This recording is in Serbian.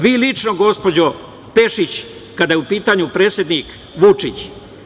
Vi lično gospođo Pešić, kada je u pitanju predsednik Vučić.